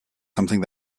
something